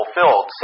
fulfilled